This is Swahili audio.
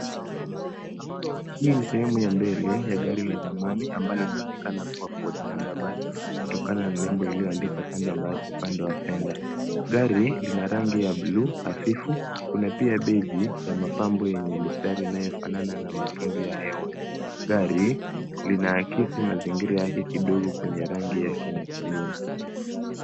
Hii ni sehemu ya mbele ya gari la zamani ambalo linaonekana kuwa Ford Candabad kutokana na nembo iliyo andikwa kando upande wa fender . Gari lina rangi ya bluu na hafifu kuna pia beige ya mabambo ya mistari inayo fanana na matumbi ya hewa. Gari linaakisi mazingira yake kidogo kwenye rangi yake na kioo.